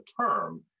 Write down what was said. term